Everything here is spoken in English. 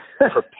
prepare